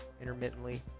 intermittently